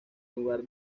lugar